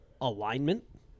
alignment